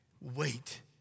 wait